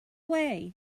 way